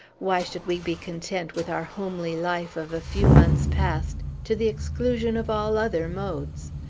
why should we be content with our homely life of a few months past, to the exclusion of all other modes?